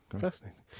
fascinating